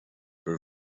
for